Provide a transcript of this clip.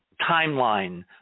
timeline